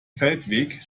feldweg